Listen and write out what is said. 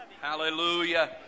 Hallelujah